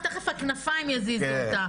אבל,